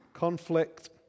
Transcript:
Conflict